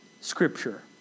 scripture